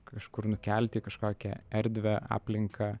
kažkur nukelti į kažkokią erdvę aplinką